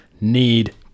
need